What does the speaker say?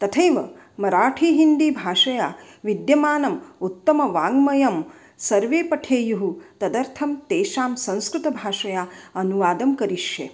तथैव मराठि हिन्दिभाषया विद्यमानम् उत्तमवाङ्मयं सर्वे पठेयुः तदर्थं तेषां संस्कृतभाषया अनुवादं करिष्ये